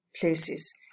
places